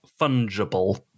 fungible